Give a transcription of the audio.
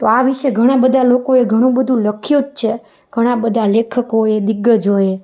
તો આ વિષે ઘણાં બધાં લોકોએ ઘણું બધું લખ્યું જ છે ઘણાં બધાં લેખકોએ દીગ્ગજોએ